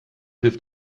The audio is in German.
hilf